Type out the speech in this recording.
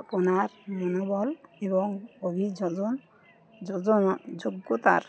আপনার মনোবল এবং অভিযোজন যোজন যোগ্যতার